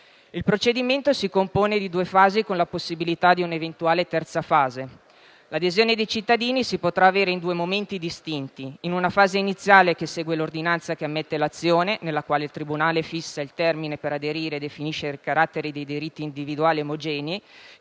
Il procedimento si compone di due fasi, con la possibilità di un'eventuale terza fase. L'adesione dei cittadini si potrà avere in due momenti distinti: in una fase iniziale che segue l'ordinanza che ammette l'azione, nella quale il tribunale fissa il termine per aderire e definisce i caratteri dei diritti individuali omogenei